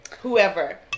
whoever